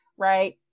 Right